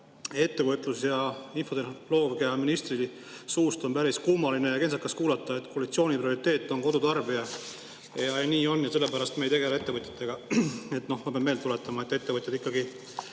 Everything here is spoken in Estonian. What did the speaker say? ettevõtlus‑ ja infotehnoloogiaministri suust on päris kummaline ja kentsakas kuulda, et koalitsiooni prioriteet on kodutarbija, et nii on ja sellepärast me ei tegele ettevõtjatega. Ma pean meelde tuletama, et ettevõtjad ikkagi